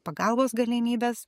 pagalbos galimybes